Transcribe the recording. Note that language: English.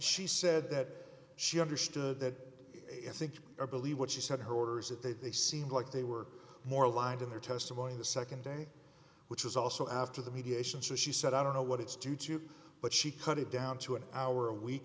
she said that she understood that if i think or believe what she said her orders at that they seemed like they were more aligned in their testimony the nd day which was also after the mediation so she said i don't know what it's to do but she cut it down to an hour a week